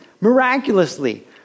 miraculously